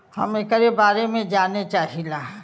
हम एकरे बारे मे जाने चाहीला?